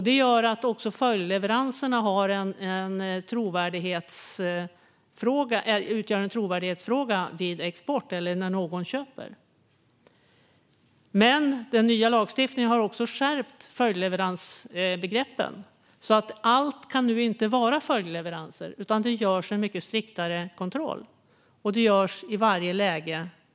Det gör att också följdleveranserna utgör en trovärdighetsfråga vid export eller när någon köper. Den nya lagstiftningen har skärpt också följdleveransbegreppen. Allt kan nu inte vara följdleveranser. Det görs en mycket striktare kontroll, och det görs unikt, i varje läge.